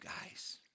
guys